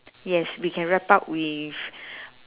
yes we can wrap up with